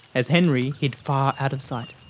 as henry hid far out of sight.